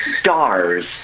stars